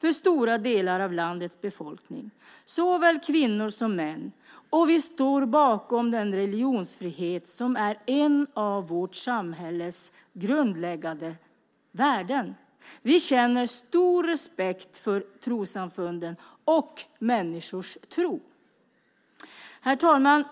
för stora delar av landets befolkning, såväl kvinnor som män, och vi står bakom den religionsfrihet som är ett av vårt samhälles grundläggande värden. Vi känner stor respekt för trossamfunden och människors tro. Herr talman!